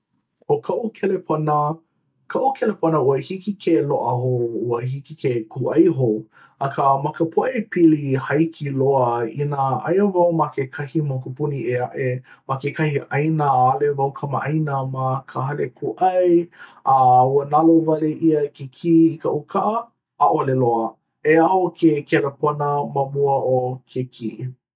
ʻO kaʻu kelepona. kaʻu kelepona ua hiki ke loʻa hou, ua hiki ke kūʻai hou. akā, ma ka pōʻaiapili haiki loa inā aia wau ma kekahi mokupuni ʻē aʻe ma kekahi ʻāina ʻaʻale wau kamaʻāina ma ka hale kūʻai a ua nalowale ʻia ke kī i kaʻu kaʻa. ʻaʻole loa e aho ke kelepona ma mua o ke kī.